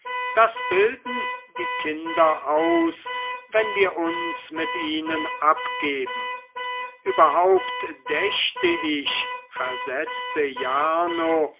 das bilden die kinder aus wenn wir uns mit ihnen abgeben überhaupt dächte ich versetzte jarno